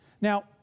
Now